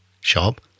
shop